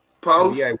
Post